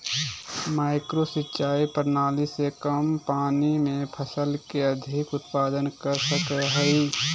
micro सिंचाई प्रणाली से कम पानी में फसल के अधिक उत्पादन कर सकय हइ